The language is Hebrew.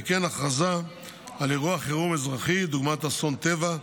וכן הכרזה על אירוע חירום אזרחי, דוגמת אסון טבע,